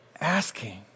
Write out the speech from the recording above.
asking